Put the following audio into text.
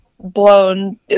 blown